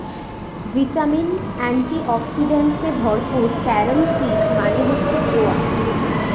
vitamin, antioxidants এ ভরপুর carom seed মানে হচ্ছে জোয়ান